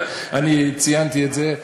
אני ציינתי את זה,